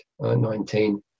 19